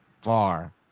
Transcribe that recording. far